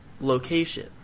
location